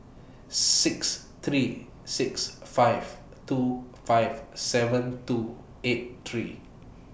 six three six five two five seven two eight three